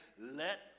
let